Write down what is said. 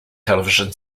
television